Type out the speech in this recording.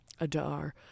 Adar